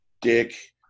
Dick